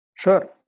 Sure